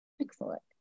Excellent